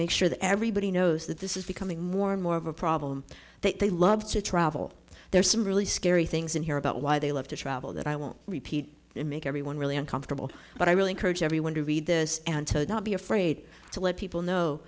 make sure that everybody knows that this is becoming more and more of a problem that they love to travel there are some really scary things in here about why they love to travel that i won't repeat and make everyone really uncomfortable but i really encourage everyone to read this and to not be afraid to let people